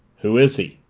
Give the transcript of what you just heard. who is he?